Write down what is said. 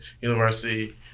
University